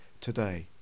today